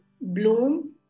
Bloom